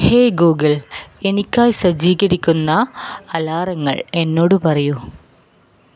hey Google എനിക്കായി സജ്ജീകരിക്കുന്ന അലാറങ്ങൾ എന്നോട് പറയൂ